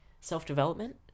self-development